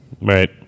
Right